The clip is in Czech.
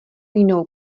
jinou